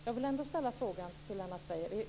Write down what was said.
Jag vill ända ställa frågan till Lennart Beijer.